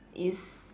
is